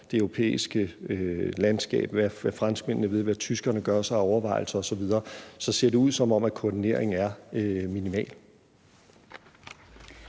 der bliver sagt, hvad franskmændene ved, hvad tyskerne gør sig af overvejelser osv., så lyder det, som om koordineringen er minimal.